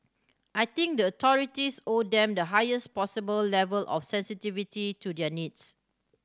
I think the authorities owe them the highest possible level of sensitivity to their needs